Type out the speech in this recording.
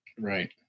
Right